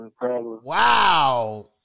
Wow